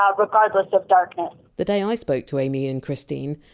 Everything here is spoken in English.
um regardless of darkness the day and i spoke to amy and christine,